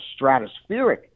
stratospheric